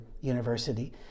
University